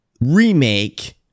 remake